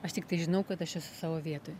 aš tiktai žinau kad aš esu savo vietoj